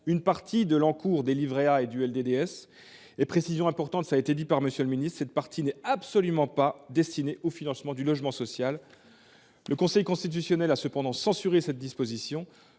une partie de l’encours des livrets A et du LDDS. Il est important de préciser, comme l’a indiqué M. le ministre, que cette partie n’est absolument pas destinée au financement du logement social. Le Conseil constitutionnel a cependant censuré cette disposition.